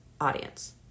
audience